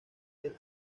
del